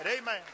Amen